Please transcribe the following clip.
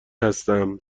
هستم